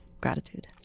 gratitude